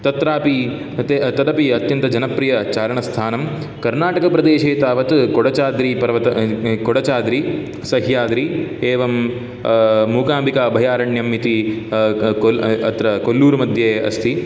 तत्रापि तदपि अत्यन्तजनप्रियचारणस्थानं कर्णाटकप्रदेशे तावत् कोडचाद्रिपर्वत कोडचाद्रि सह्याद्रि एवं मूकाम्बिका अभयारण्यम् इति कोल् अत्र कोल्लूरुमध्ये अस्ति